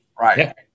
right